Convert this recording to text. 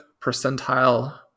percentile